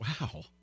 Wow